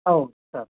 औ सार